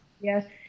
Yes